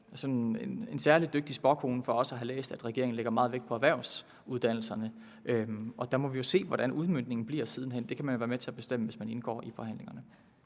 en særlig dygtig spåkone for at vide, at regeringen lægger meget vægt på erhvervsuddannelserne. Vi må så siden hen se, hvordan udmøntningen bliver, men det kan man jo være med til at bestemme, hvis man indgår i forhandlingerne.